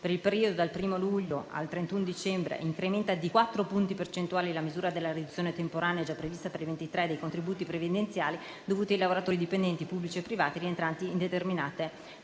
per il periodo 1° luglio 2023-31 dicembre 2023, incrementa di quattro punti percentuali la misura della riduzione temporanea, già prevista per il 2023, dei contributi previdenziali dovuti dai lavoratori dipendenti, pubblici e privati, rientranti in determinate fasce di